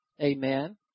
Amen